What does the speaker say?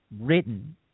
written